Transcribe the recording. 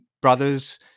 Brothers